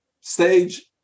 stage